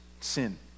sin